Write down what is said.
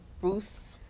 Bruce